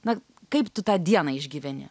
na kaip tu tą dieną išgyveni